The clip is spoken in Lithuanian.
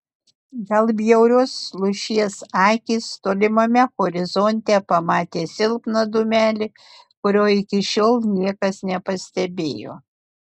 gal bjaurios lūšies akys tolimame horizonte pamatė silpną dūmelį kurio iki šiol niekas nepastebėjo